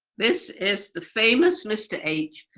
this is the famous mr h.